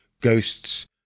Ghosts